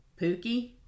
Pookie